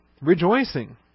rejoicing